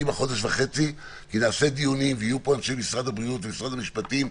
כי נעשה דיונים ויהיו פה אנשי משרד הבריאות ומשרד המשפטים,